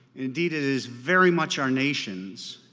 indeed it is very much our nation's.